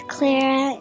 Clara